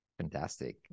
Fantastic